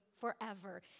forever